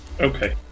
Okay